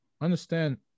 understand